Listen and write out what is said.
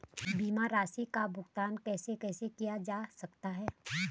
बीमा धनराशि का भुगतान कैसे कैसे किया जा सकता है?